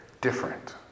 different